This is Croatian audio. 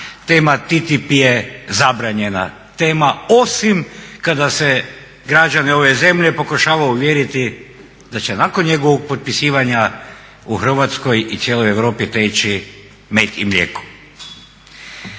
tema TTIP je zabranjena tema, osim kada se građane ove zemlje pokušava uvjeriti da će nakon njegovog potpisivanja u Hrvatskoj i cijeloj Europi teći med i mlijeko.